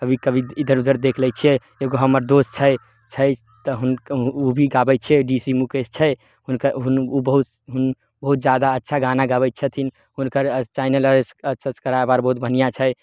कभी कभी इधर उधर देख लै छियै एगो हमर दोस छै छै तऽ ओ भी गाबै छै ऋषि मुकेश छै हुनकर ओ बहुत ओ बहुत जादा अच्छा गाना गबै छथिन हुनकर साइन अलेस सबस्क्राइब आर बहुत बन्हियाँ छै